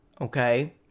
Okay